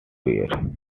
air